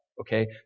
Okay